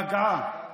פגעה